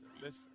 listen